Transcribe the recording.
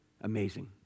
Amazing